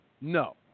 No